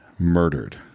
murdered